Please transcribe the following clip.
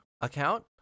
account